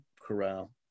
corral